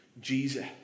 Jesus